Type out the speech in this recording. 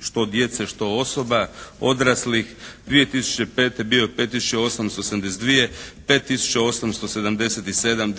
što djece, što osoba odraslih 2005. bio je 5 tisuća 872, 5 tisuća 877